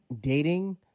dating